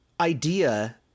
idea